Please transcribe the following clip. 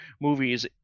movies